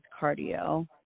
cardio